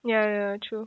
ya ya true